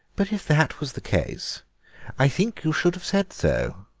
but if that was the case i think you should have said so.